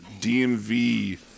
DMV